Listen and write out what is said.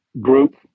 group